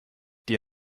dir